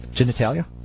Genitalia